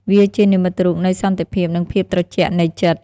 វាជានិមិត្តរូបនៃសន្តិភាពនិងភាពត្រជាក់នៃចិត្ត។